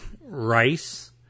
rice